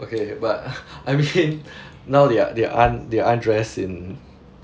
okay but I mean now they are they aren't they aren't dress in